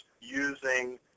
using